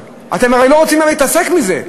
אתם הרי לא רוצים להתעסק עם זה.